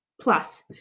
Plus